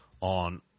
on